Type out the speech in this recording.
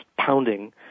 pounding